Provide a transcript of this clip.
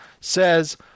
says